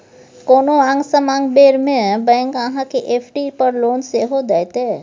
कोनो आंग समांग बेर मे बैंक अहाँ केँ एफ.डी पर लोन सेहो दैत यै